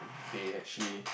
they actually